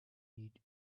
need